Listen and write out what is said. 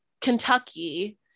kentucky